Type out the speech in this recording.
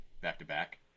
back-to-back